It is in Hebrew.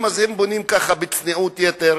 אז הם בונים ככה בצניעות יתר,